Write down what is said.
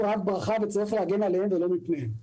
רק ברכה וצריך להגן עליהם ולא מפניהם.